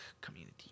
community